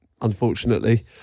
unfortunately